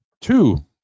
Two